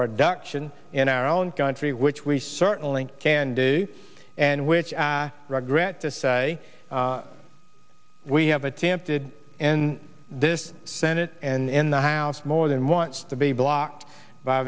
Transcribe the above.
production in our own country which we certainly can do and which i regret to say we have attempted in this senate and in the house more than once to be blocked by